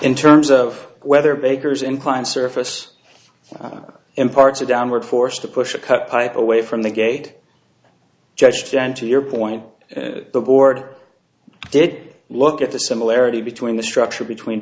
in terms of whether baker's inclined surface imparts a downward force to push the cut pipe away from the gate judge jan to your point the board did look at the similarity between the structure between